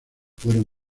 fueron